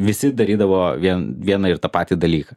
visi darydavo vien vieną ir tą patį dalyką